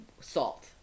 salt